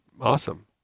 awesome